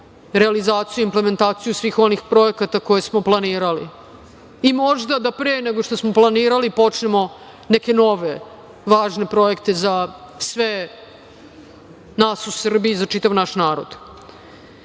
realizaciju i implementaciju svih onih projekata koje smo planirali. Možda da pre nego što smo planirali počnemo neke nove, važne projekte za sve nas u Srbiji, za čitav naš narod. Da